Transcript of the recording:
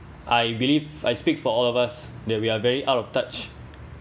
I believe I speak for all of us that we are very out of touch